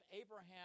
Abraham